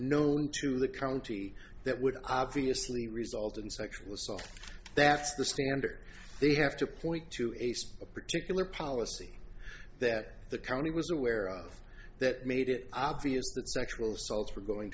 known to the county that would obviously result in sexual assault that's the standard they have to point to a particular policy that the county was aware of that made it obvious that sexual assaults were going